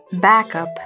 Backup